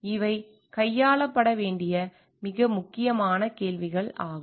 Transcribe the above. இவை கையாளப்பட வேண்டிய மிக முக்கியமான கேள்விகள் ஆகும்